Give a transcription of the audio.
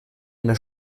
eine